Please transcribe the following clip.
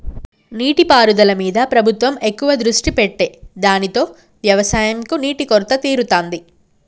నీటి పారుదల మీద ప్రభుత్వం ఎక్కువ దృష్టి పెట్టె దానితో వ్యవసం కు నీటి కొరత తీరుతాంది